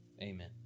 amen